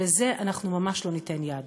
ולזה אנחנו ממש לא ניתן יד.